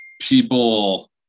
people